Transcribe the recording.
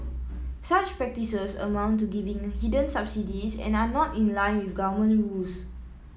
such practices amount to giving hidden subsidies and are not in line with government rules